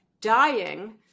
dying